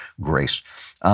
grace